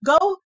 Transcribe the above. go